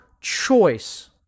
choice